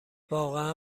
واقعا